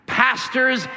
pastors